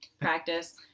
practice